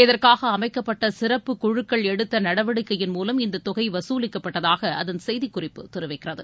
இதற்காக அமைக்கப்பட்ட சிறப்புக் குழுக்கள் எடுத்த நடவடிக்கையின் மூலம் இந்த தொகை வசூலிக்கப்பட்டதாக அதன் செய்திக்குறிப்பு தெரிவிக்கிறது